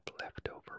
leftover